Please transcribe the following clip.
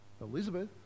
Elizabeth